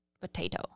Potato